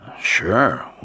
Sure